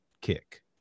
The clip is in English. kick